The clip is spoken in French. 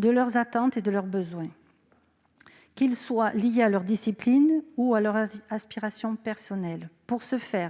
de leurs attentes et de leurs besoins, qu'ils soient liés à leurs disciplines ou à leurs aspirations personnelles.